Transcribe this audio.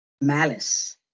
malice